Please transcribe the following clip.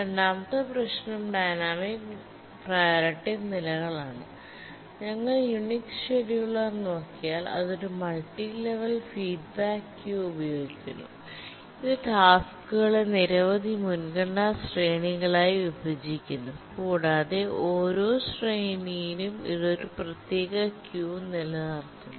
രണ്ടാമത്തെ പ്രശ്നം dynamic priority നിലകളാണ് ഞങ്ങൾ യുണിക്സ് ഷെഡ്യൂളർ നോക്കിയാൽ അത് ഒരു മൾട്ടി ലെവൽ ഫീഡ്ബാക്ക് ക്യൂ ഉപയോഗിക്കുന്നു ഇത് ടാസ്ക്കുകളെ നിരവധി മുൻഗണനാ ശ്രേണികളായി വിഭജിക്കുന്നു കൂടാതെ ഓരോ ശ്രേണിയിലും ഇത് ഒരു പ്രത്യേക ക്യൂ നിലനിർത്തുന്നു